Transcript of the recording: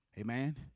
Amen